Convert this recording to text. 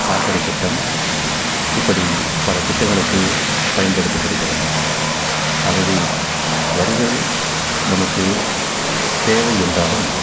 சாக்கடைத் திட்டம் இப்படி பல திட்டங்களுக்கு பயன்படுத்தப்படுகிறது ஆகவே வரிகள் நமக்கு தேவை என்றாலும்